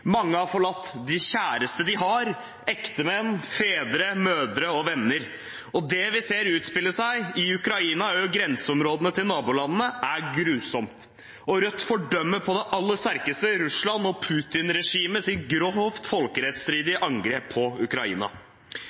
mange har forlatt det kjæreste de har – ektemenn, fedre, mødre og venner. Det vi ser utspille seg i Ukraina, i grenseområdene til nabolandene, er grusomt. Rødt fordømmer på det aller sterkeste Russland og Putin-regimets grovt folkerettsstridige angrep på Ukraina.